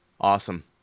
awesome